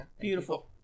Beautiful